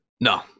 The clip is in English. No